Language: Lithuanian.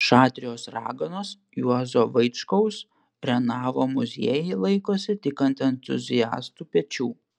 šatrijos raganos juozo vaičkaus renavo muziejai laikosi tik ant entuziastų pečių